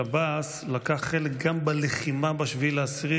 שב"ס לקח חלק גם בלחימה ב-7 באוקטובר,